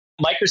Microsoft